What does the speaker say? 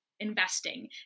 investing